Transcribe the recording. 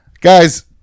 guys